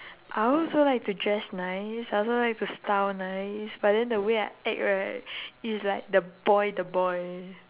I also like to dress nice I also like to style nice but then the way I act right is like the boy the boy